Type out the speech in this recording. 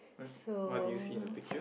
so